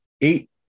eight